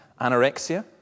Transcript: anorexia